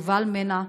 יובל מנע,